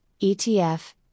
ETF